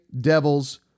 Devils